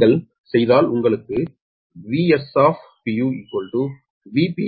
நீங்கள் செய்தால் உங்களுக்கு Vs Vp